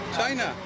China